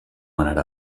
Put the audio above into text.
anara